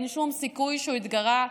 ואין שום סיכוי שהוא התגרה,